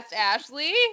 Ashley